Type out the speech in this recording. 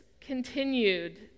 continued